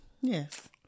Yes